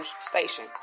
station